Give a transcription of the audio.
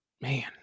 man